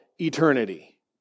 eternity